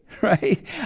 right